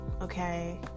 okay